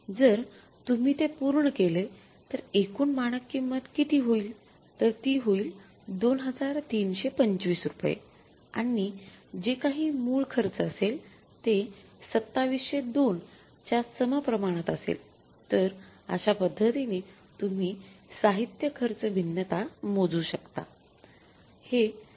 जर तुम्ही ते पूर्ण केले तर एकूण मानक किंमत किती होईल तर ती होईल २३२५ रुपये आणि जे काही मूळ खर्च असेल ते २७०२ च्या समप्रमाणात असेलतर अश्या पद्धतीने तुम्ही साहित्य खर्च भिन्नता मोजू शकता